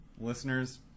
listeners